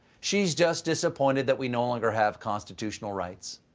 she's just disappointed that we no longer have constitutional rights.